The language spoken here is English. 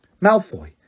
Malfoy